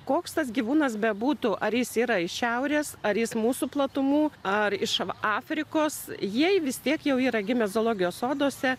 koks tas gyvūnas bebūtų ar jis yra iš šiaurės ar jis mūsų platumų ar iš afrikos jie vis tiek jau yra gimę zoologijos soduose